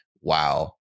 Wow